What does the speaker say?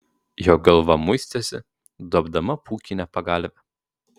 jo galva muistėsi duobdama pūkinę pagalvę